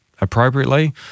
appropriately